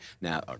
now